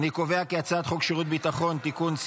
אני קובע כי הצעת חוק שירות ביטחון (תיקון,